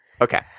Okay